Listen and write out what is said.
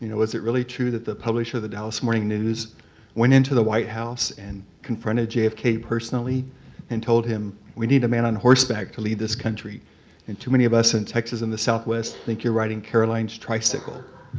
you know was it really true that the publisher of the dallas morning mews went into the white house and confronted jfk personally and told him, we need a man on horseback to lead this country and too many of us in texas and the southwest think you're riding caroline's tricycle.